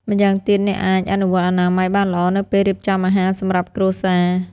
ម៉្យាងទៀត អ្នកអាចអនុវត្តអនាម័យបានល្អនៅពេលរៀបចំអាហារសម្រាប់គ្រួសារ។